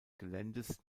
geländes